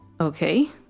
okay